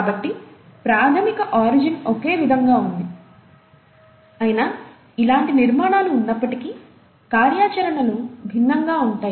కాబట్టి ప్రాథమిక ఆరిజిన్ ఒకే విధంగా ఉంది అయినా ఇలాంటి నిర్మాణాలు ఉన్నప్పటికీ కార్యాచరణలు భిన్నంగా ఉంటాయి